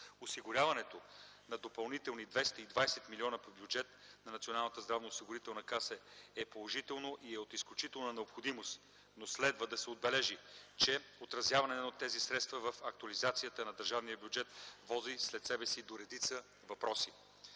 Осигуряването на допълнителни 220 милиона по бюджета на Националната здравноосигурителна каса е положително и е от изключителна необходимост, но следва да се отбележи, че отразяване на тези средства в актуализацията на държавния бюджет води след себе си до редица въпроси.